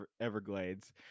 everglades